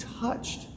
touched